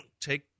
take